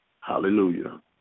hallelujah